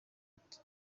ati